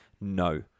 no